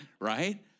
right